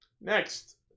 Next